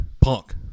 punk